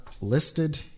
listed